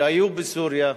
שהיה בסוריה,